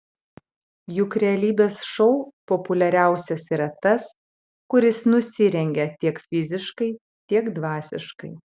juk realybės šou populiariausias yra tas kuris nusirengia tiek fiziškai tiek dvasiškai